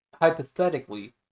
hypothetically